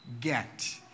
get